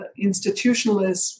institutionalists